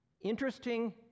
Interesting